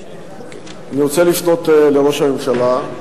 אני רוצה לפנות אל ראש הממשלה,